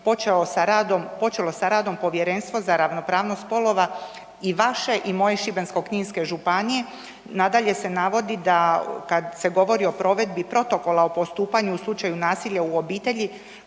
počelo sa radom Povjerenstvo za ravnopravnost spolova i vaše i moje Šibensko-kninske županije. Nadalje se navodi kada se govori o provedbi Protokola o postupanju u slučaju nasilja u obitelji